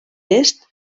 est